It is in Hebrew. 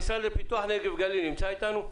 המשרד לפיתוח נגב גליל נמצא אתנו?